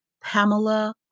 Pamela